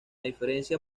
diferencia